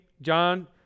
John